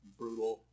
brutal